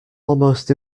almost